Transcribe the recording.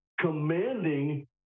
commanding